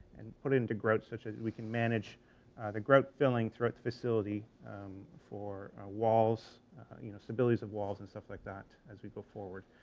and put it into grout such as we can manage the grout filling throughout the facility for walls you know, stabilities of walls, and stuff like that as we go forward.